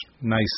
nice